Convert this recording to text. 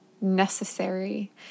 necessary